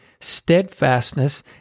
steadfastness